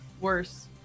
worse